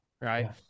Right